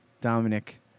Dominic